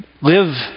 live